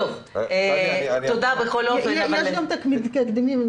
יש גם תקדימים.